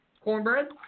Cornbread